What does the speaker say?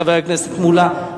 חבר הכנסת מולה,